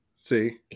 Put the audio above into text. See